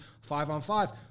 five-on-five